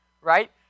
right